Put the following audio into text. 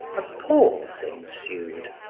a pause ensued,